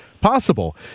possible